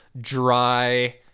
dry